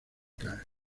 caer